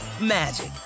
magic